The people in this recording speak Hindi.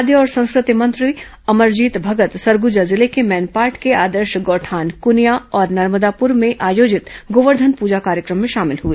खाद्य और संस्कृति मंत्री अमरजीत भगत सरगुजा जिले के मैनपाट के आदर्श गौठान कूनिया और नर्मदापुर में आयोजित गोवर्धन पूजा कार्यक्रम में शामिल हुए